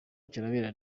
kirabera